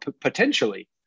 potentially